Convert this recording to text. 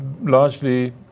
largely